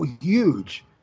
huge